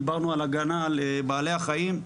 דיברנו על הגנה על בעלי החיים,